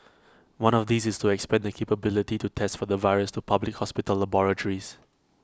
one of these is to expand the capability to test for the virus to public hospital laboratories